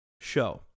show